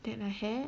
that I had